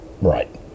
right